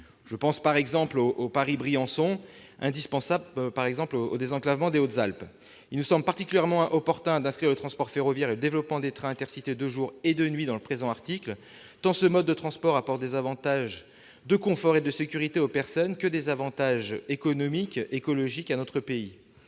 Je pense notamment au Paris-Briançon, indispensable au désenclavement des Hautes-Alpes. Il nous semble particulièrement opportun de faire référence au transport ferroviaire et au développement des dessertes par trains Intercités de jour et de nuit dans le présent article, tant ce mode de transport apporte d'avantages en termes de confort et de sécurité aux personnes, et d'avantages économiques et écologiques à notre pays.